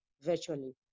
virtually